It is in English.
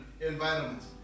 environments